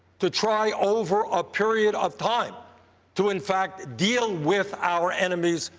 to try over a period of time to, in fact, deal with our enemies,